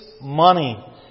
money